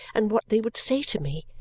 and what they would say to me,